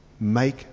Make